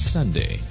Sunday